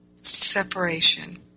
separation